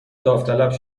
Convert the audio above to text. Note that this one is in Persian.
داوطلب